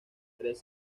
tres